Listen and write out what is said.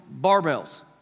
barbells